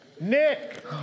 Nick